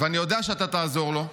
ואני יודע שאתה תעזור לו,